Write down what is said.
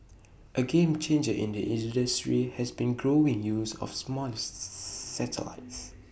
A game changer in the industry has been the growing use of smaller satellites